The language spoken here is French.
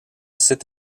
cette